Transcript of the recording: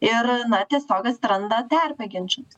ir na tiesiog atsiranda terpė ginčams